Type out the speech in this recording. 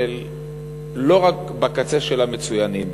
לא רק בקצה של המצוינים,